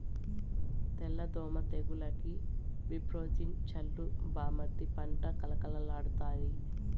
తెల్ల దోమ తెగులుకి విప్రోజిన్ చల్లు బామ్మర్ది పంట కళకళలాడతాయి